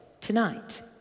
tonight